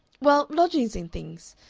well, lodgings and things!